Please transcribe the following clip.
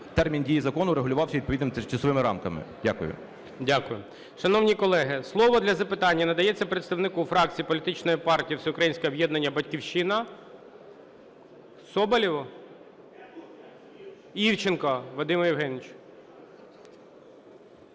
термін дії закону регулювався відповідними часовими рамками. Дякую. ГОЛОВУЮЧИЙ. Дякую. Шановні колеги, слово для запитання надається представнику фракції політичної партії "Всеукраїнське об'єднання "Батьківщина"… Соболєву? Івченку Вадиму Євгеновичу.